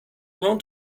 known